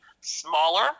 smaller